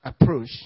approach